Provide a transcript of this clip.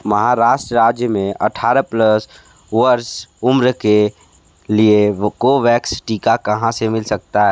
महाराष्ट्र राज्य में अठारह प्लस वर्ष उम्र के लिए कोवैक्स टीका कहाँ से मिल सकता है